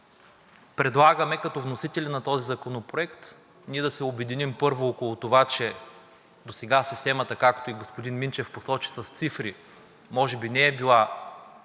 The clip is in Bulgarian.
Ето защо като вносители на този законопроект предлагаме да се обединим, първо, около това, че досега системата, както и господин Минчев посочи с цифри, може би не е била